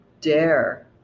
dare